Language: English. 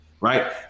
Right